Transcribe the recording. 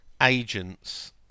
agents